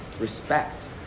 Respect